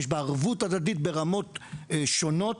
יש בה ערבות הדדית ברמות שונות.